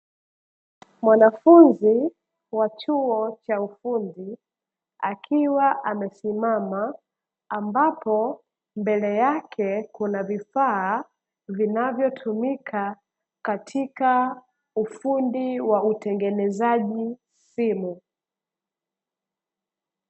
Mwanafunzi wa chuo cha ufundi akiwa amesimama, ambapo mbele yake, kuna vifaa vya vinavyotumika katika ufundi wa utengenezaji simu.